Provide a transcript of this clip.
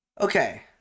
okay